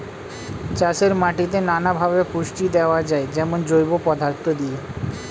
চাষের মাটিতে নানা ভাবে পুষ্টি দেওয়া যায়, যেমন জৈব পদার্থ দিয়ে